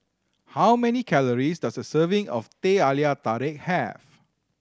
how many calories does a serving of Teh Halia Tarik have